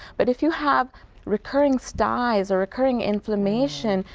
but if you have recurring sties or recurring inflammation,